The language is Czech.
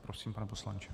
Prosím, pane poslanče.